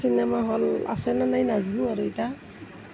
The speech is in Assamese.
চিনেমা হল আছেনে নাই নাজানো আৰু এতিয়া